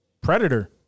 Predator